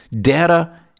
data